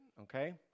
okay